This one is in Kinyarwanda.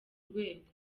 rwego